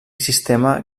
sistema